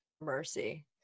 mercy